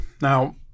Now